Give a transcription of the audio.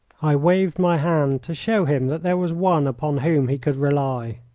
i waved my hand to show him that there was one upon whom he could rely.